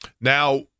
Now